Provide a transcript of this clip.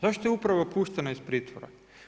Zašto je uprava puštena iz pritvora.